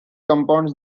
compounds